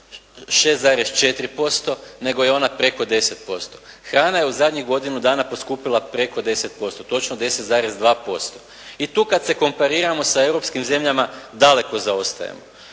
6,4% nego je ona preko 10%. Hrana je u zadnjih godinu dana poskupjela preko 10%, točno 10,2%. I tu kada se kompariramo sa europskim zemljama daleko zaostajemo.